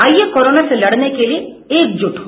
आइये कोरोना से लड़ने के लिए एकजुट हो